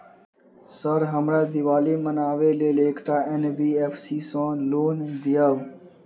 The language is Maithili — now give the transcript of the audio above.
सर हमरा दिवाली मनावे लेल एकटा एन.बी.एफ.सी सऽ लोन दिअउ?